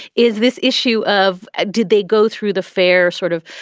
is this issue of did they go through the fair sort of,